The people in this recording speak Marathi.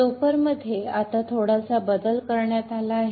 चोपर मध्ये आता थोडासा बदल करण्यात आला आहे